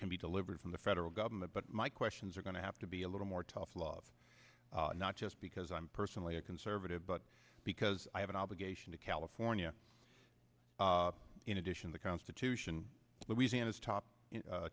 can be delivered from the federal government but my questions are going to have to be a little more tough love not just because i'm personally a conservative but because i have an obligation to california in addition the constitution louisiana's top